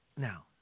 Now